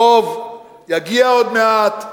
הרוב יגיע עוד מעט,